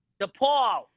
DePaul